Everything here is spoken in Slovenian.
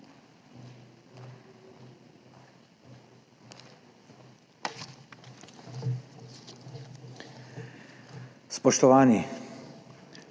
Spoštovani!